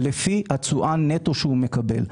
לפי התשואה נטו שהוא מקבל.